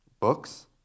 Books